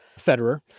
Federer